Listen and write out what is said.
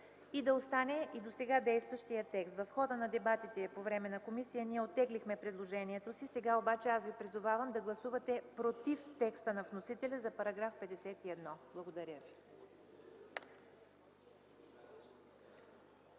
и да остане и досега действащият текст. В хода на дебатите в комисията ние оттеглихме предложението си, сега обаче аз ви призовавам да гласувате против текста на вносителя за § 51. Благодаря.